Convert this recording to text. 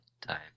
time